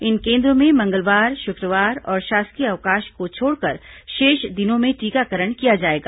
इन केन्द्रों में मंगलवार शुक्रवार और शासकीय अवकाश को छोड़कर शेष दिनों में टीकाकरण किया जाएगा